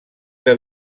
que